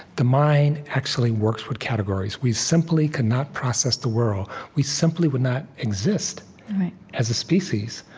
the mind actually works with categories. we simply cannot process the world, we simply would not exist as a species,